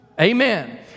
Amen